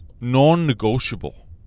non-negotiable